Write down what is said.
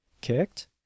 kicked